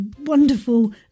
wonderful